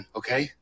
okay